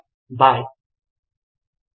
తరువాత మాడ్యూల్లో కలుద్దాం